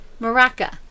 Maraca